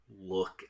look